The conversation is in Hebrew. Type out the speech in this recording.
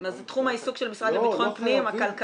מה זה תחום העיסוק של המשרד לביטחון פנים, הכלכלה?